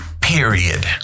period